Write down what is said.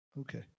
Okay